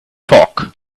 fog